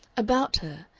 about her,